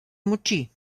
moči